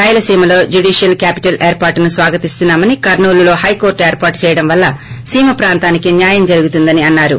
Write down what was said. రాయలసీమలో judicial capital ఏర్పాటును స్వాగతిస్తున్నా మని కర్పూలు లో హైకోర్లు ఏర్పాటుచేయడం వల్ల సీమ ప్రాంతానికి న్నాయం జరుగుతుందని అన్నారు